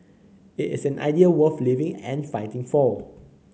it is an idea worth living and fighting for